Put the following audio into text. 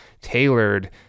tailored